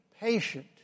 patient